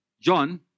John